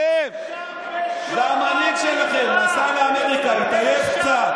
אתם, זה המנהיג שלכם, נסע לאמריקה, התעייף קצת.